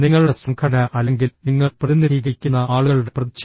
നിങ്ങളുടെ സംഘടന അല്ലെങ്കിൽ നിങ്ങൾ പ്രതിനിധീകരിക്കുന്ന ആളുകളുടെ പ്രതിച്ഛായ